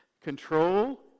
Control